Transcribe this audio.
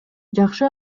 жакшы